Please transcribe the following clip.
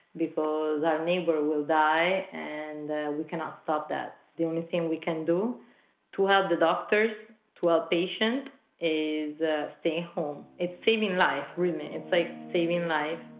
because our neighbor will die. and we cannot stop that. the only thing we can do to help the doctors to our patient is ah stay home it's saving life remain and saving saving life